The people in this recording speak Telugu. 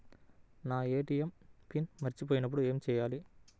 నా ఏ.టీ.ఎం పిన్ మర్చిపోయినప్పుడు ఏమి చేయాలి?